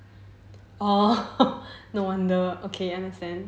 oh no wonder okay understand